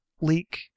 leak